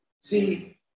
See